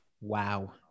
Wow